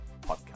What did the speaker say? podcast